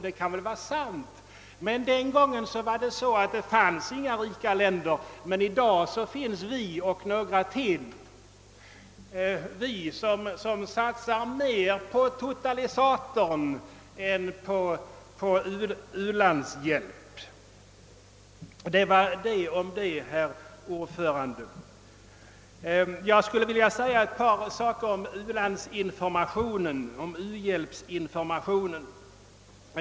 Det kan väl vara sant, men den gången fanns det inga rika länder, medan det nu finns vi och några till — vi som satsar mer på totalisatorn än på u-landshjälp. Jag skulle, herr talman, närmast vilja säga ett par saker om u-hjälpsinformationen.